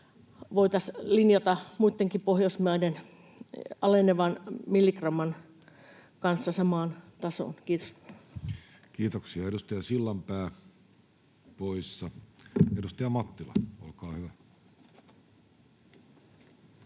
voitaisiin linjata muittenkin Pohjoismaiden alenevan milligramman kanssa samaan tasoon. — Kiitos. Kiitoksia. — Edustaja Sillanpää, poissa. — Edustaja Mattila, olkaa hyvä.